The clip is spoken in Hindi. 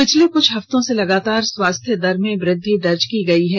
पिछले कुठ हफ्तों से लगातार स्वास्थ्य दर में वृद्धि दर्ज की गई है